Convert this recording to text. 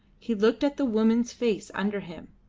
he looked at the woman's face under him.